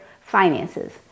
finances